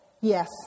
Yes